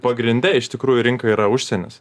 pagrinde iš tikrųjų rinka yra užsienis